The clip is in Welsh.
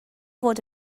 fod